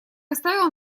оставил